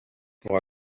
pour